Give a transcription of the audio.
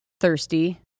thirsty